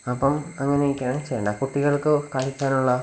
അപ്പോള് അങ്ങനെയൊക്കെയാണ് ചെയ്യണ്ടെ കുട്ടികള്ക്ക് കളിക്കാനുള്ള